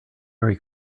very